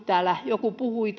täällä joku puhui